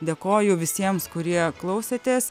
dėkoju visiems kurie klausėtės